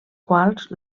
quals